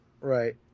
Right